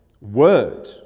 word